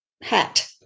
Hat